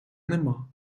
нема